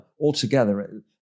altogether